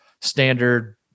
standard